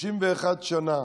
51 שנה